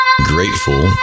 grateful